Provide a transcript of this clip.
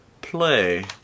play